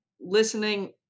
listening